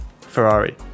Ferrari